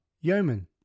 Yeoman